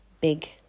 big